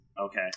Okay